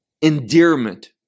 endearment